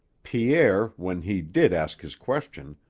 pierre, when he did ask his question,